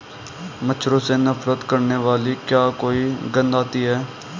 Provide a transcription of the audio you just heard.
मच्छरों से नफरत करने वाली क्या कोई गंध आती है?